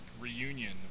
reunion